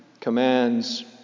commands